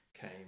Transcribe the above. came